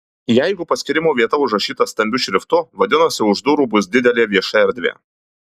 jeigu paskyrimo vieta užrašyta stambiu šriftu vadinasi už durų bus didelė vieša erdvė